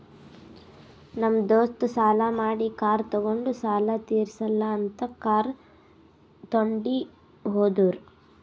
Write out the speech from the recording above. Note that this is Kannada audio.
ನಮ್ ದೋಸ್ತ ಸಾಲಾ ಮಾಡಿ ಕಾರ್ ತೊಂಡಿನು ಸಾಲಾ ತಿರ್ಸಿಲ್ಲ ಅಂತ್ ಕಾರ್ ತೊಂಡಿ ಹೋದುರ್